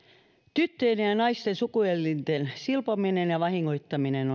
tyttöjen ja naisten sukuelinten silpominen ja vahingoittaminen